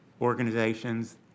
Organizations